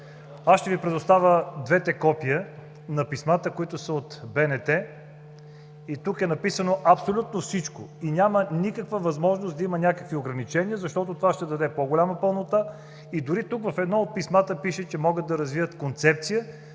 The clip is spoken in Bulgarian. Аз ще Ви предоставя двете копия на писмата, които са от БНТ и тук е написано абсолютно всичко, и няма никаква възможност да има някакви ограничения, защото това ще даде по-голяма пълнота и дори тук в едно от писмата пише, че могат да развият концепция,